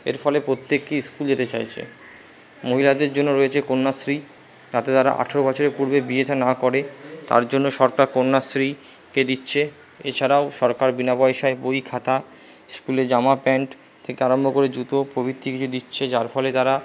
এর ফলে প্রত্যেকে স্কুল যেতে চাইছে মহিলাদের জন্য রয়েছে কন্যাশ্রী তাতে তারা আঠেরো বছরের পূর্বে বিয়ে থা না করে তার জন্য সরকার কন্যাশ্রী কে দিচ্ছে এছাড়াও সরকার বিনা পয়সায় বই খাতা স্কুলে জামা প্যান্ট থেকে আরম্ভ করে জুতো প্রভৃতি কিছু ফলে যার ফলে তারা